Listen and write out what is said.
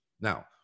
Now